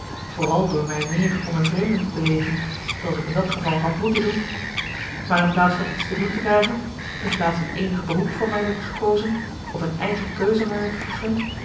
vooral door mij meer onder vreemden te bewegen zooals ik in dat geval had moeten doen maar inplaats van iets te doen te krijgen in plaats dat eenig beroep voor mij werd gekozen of eene eigen keuze mij werd vergund